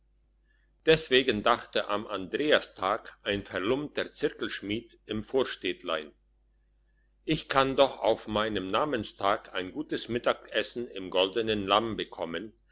deswegen dachte am andreastag ein verlumpter zirkelschmied im vorstädtlein ich kann doch auf meinen namenstag ein gutes mittagessen im goldenen lamm bekommen